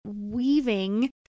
weaving